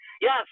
Yes